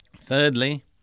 Thirdly